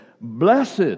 Blessed